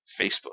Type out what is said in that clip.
Facebook